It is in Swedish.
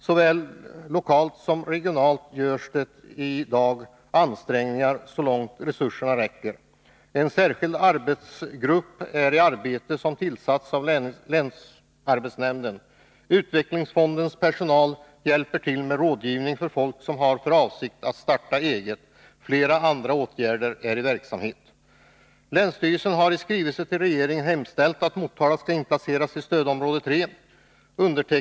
Såväl lokalt söm regionalt görs det i dag ansträngningar så långt resurserna räcker. En särskild arbetsgrupp har tillsatts av länsarbetsnämnden. Utvecklingsfondens personal hjälper till med rådgivning till folk som har för avsikt att starta eget. Flera andra åtgärder har satts in. Länsstyrelsen har i skrivelse till regeringen hemställt att Motala skall inplaceras i stödområde 3.